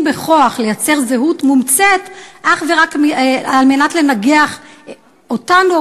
בכוח לייצר זהות מומצאת אך ורק כדי לנגח אותנו,